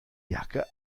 jacke